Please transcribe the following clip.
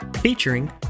Featuring